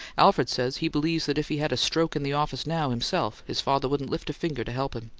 alfred says he believes that if he had a stroke in the office now, himself, his father wouldn't lift a finger to help him!